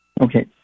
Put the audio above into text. Okay